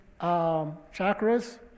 chakras